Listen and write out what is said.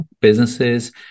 businesses